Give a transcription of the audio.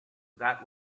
that